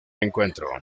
encuentro